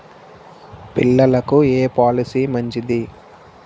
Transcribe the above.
పిల్లలకు ఏ పొలసీ మంచిది?